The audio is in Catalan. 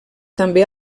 també